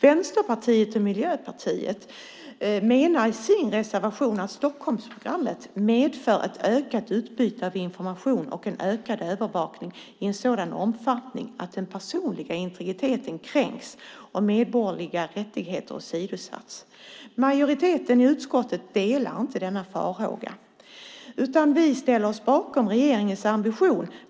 Vänsterpartiet och Miljöpartiet menar i sin reservation att Stockholmsprogrammet medför ett ökat utbyte av information och en ökad övervakning i en sådan omfattning att den personliga integriteten kränks och medborgerliga rättigheter åsidosätts. Majoriteten i utskottet delar inte denna farhåga. Vi ställer oss bakom regeringens ambition.